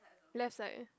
left side